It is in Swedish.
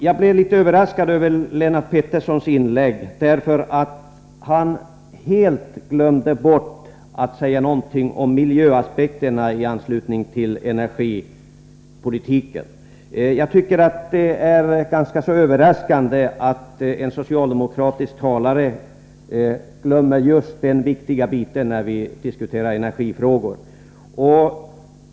Jag blev litet överraskad över Lennart Petterssons inlägg, eftersom han helt glömde bort att säga någonting om miljöaspekterna i anslutning till energipolitiken. Det är ganska förvånande att en socialdemokratisk talare glömmer just den viktiga biten när vi diskuterar energifrågorna.